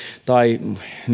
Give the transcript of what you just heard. tai